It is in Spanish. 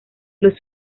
los